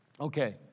Okay